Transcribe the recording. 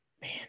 Man